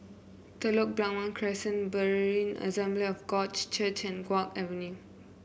Telok Blangah Crescent Berean Assembly of God Church and Guok Avenue